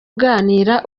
uganira